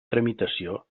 tramitació